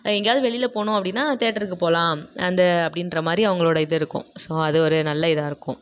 எங்கேயாவது வெளியில் போகணும் அப்படின்னா தியேட்டருக்கு போகலாம் அந்த அப்படின்ற மாதிரி அவங்களோட இது இருக்கும் ஸோ அது ஒரு நல்ல இதாக இருக்கும்